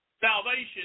salvation